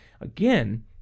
again